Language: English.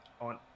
on